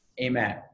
Amen